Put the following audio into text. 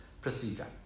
procedure